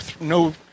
no